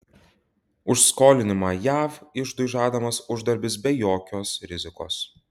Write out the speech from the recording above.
už skolinimą jav iždui žadamas uždarbis be jokios rizikos